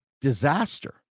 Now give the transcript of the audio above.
disaster